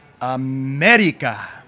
America